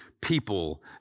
people